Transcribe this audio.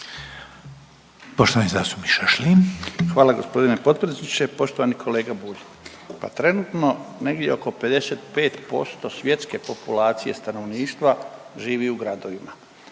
Stipan (HDZ)** Hvala g. potpredsjedniče. Poštovani kolega Bulj, pa trenutno negdje oko 55% svjetske populacije stanovništva živi u gradovima,